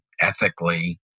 ethically